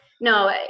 no